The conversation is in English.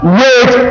wait